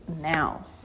now